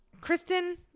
Kristen